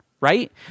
right